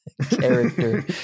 character